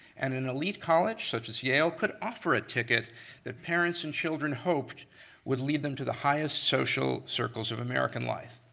and an elite college such as yale could offer a ticket that parents and children hoped would lead them to highest social circles of american life.